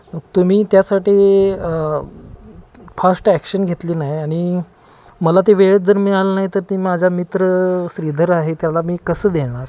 मग तुम्ही त्यासाठी फास्ट ॲक्शन घेतली नाही आणि मला ते वेळेत जर मिळालं नाही तर ती माझा मित्र श्रीधर आहे त्याला मी कसं देणार